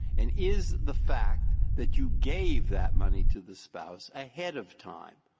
and is the fact that you gave that money to the spouse ahead of time,